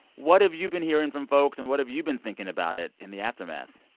what have you been hearing from folks, and what have you been thinking about it in the aftermath?